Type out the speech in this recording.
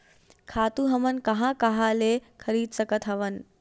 खातु हमन कहां कहा ले खरीद सकत हवन?